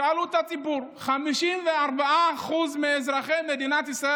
שאלו את הציבור: 54% מאזרחי מדינת ישראל